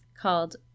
called